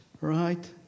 Right